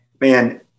man